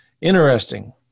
Interesting